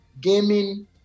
gaming